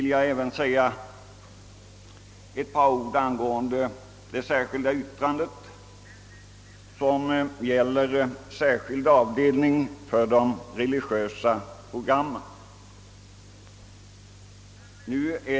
Jag vill även säga ett par ord angående det särskilda yttrande, vilket pläderar för en särskild avdelning för de religiösa programmen.